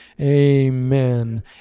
amen